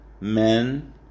men